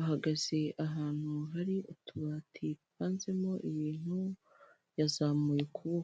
ahagaze ahantu hari utubati dupanzemo ibintu, yazamuye ukuboko.